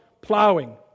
plowing